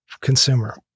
consumer